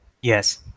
Yes